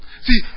See